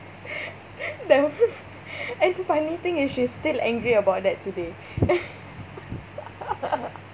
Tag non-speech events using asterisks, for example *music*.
*noise* that one and the funny thing is she's still angry about that today *laughs*